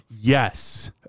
yes